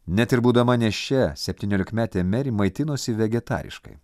net ir būdama nėščia septyniolikmetė meri maitinosi vegetariškai